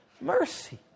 Mercy